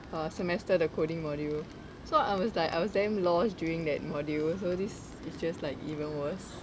a semester the coding module so I was like I was damn lost during that module so this is just like even worse